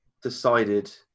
decided